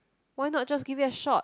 why not just give it a shot